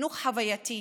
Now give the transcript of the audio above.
חינוך חוויתי,